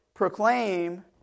Proclaim